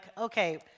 okay